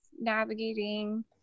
navigating